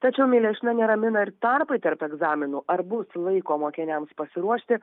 tačiau milešiną neramina ir tarpai tarp egzaminų ar bus laiko mokiniams pasiruošti